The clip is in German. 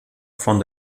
von